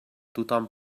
tothom